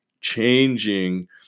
changing